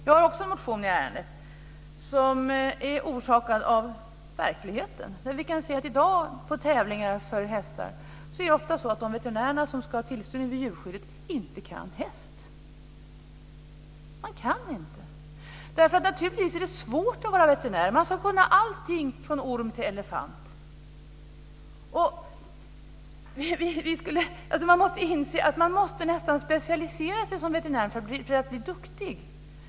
Jag har också en motion i ärendet som är orsakad av verkligheten. Vi kan se att vid tävlingar för hästar i dag så kan ofta de veterinärer som ska ha tillsyn över djurskyddet inte häst. De kan inte! Naturligtvis är det svårt att vara veterinär. De ska kunna allting från orm till elefant. Man måste inse att veterinärerna ofta måste specialisera sig för att bli duktiga.